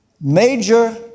major